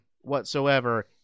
whatsoever